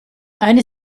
eine